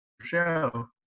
show